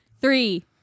Three